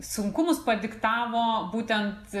sunkumus padiktavo būtent